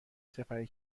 سپری